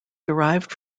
derived